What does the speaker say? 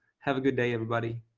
have a good day, everybody.